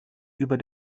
über